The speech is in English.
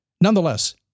Nonetheless